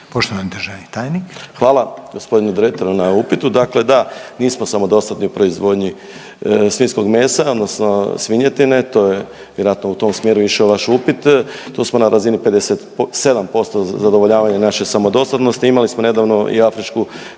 Poštovani državni tajnik. **Majdak, Tugomir** Hvala g. Dretaru na upitu, dakle da, nismo samodostatni u proizvodnji svinjskog mesa odnosno svinjetine, to je vjerojatno u tom smjeru išao vaš upit, tu smo na razini 57% zadovoljavanja naše samodostatnosti, imali smo nedavno i afričku